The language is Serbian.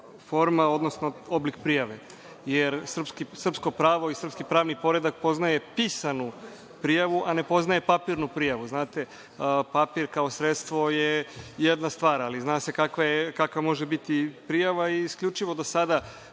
forma, odnosno oblik prijave, jer srpsko pravo i srpski pravni poredak poznaje pisanu prijavu a ne poznaje papirnu prijavu. Papir kao sredstvo je jedna stvar, ali zna se kakva može biti prijava i isključivo do sada